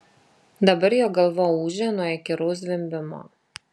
dabar jo galva ūžė nuo įkyraus zvimbimo